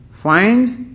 finds